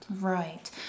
Right